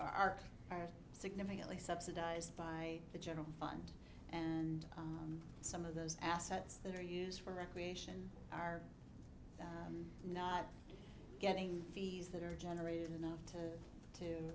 arc are significantly subsidized by the general fund and some of those assets that are used for recreation are not getting fees that are generated enough to to